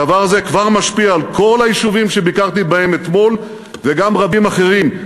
דבר זה כבר משפיע על כל היישובים שביקרתי בהם אתמול וגם על רבים אחרים,